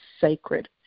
sacred